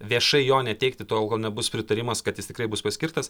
viešai jo neteikti tol kol nebus pritarimas kad jis tikrai bus paskirtas